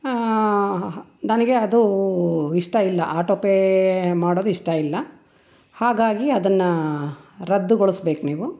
ನನಗೆ ಅದು ಇಷ್ಟ ಇಲ್ಲ ಆಟೋ ಪೇ ಮಾಡೋದು ಇಷ್ಟ ಇಲ್ಲ ಹಾಗಾಗಿ ಅದನ್ನು ರದ್ದುಗೊಳಿಸ್ಬೇಕ್ ನೀವು